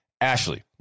Ashley